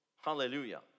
Hallelujah